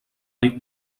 nit